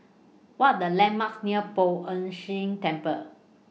What Are The landmarks near Poh Ern Shih Temple